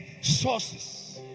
Sources